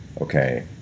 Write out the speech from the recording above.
okay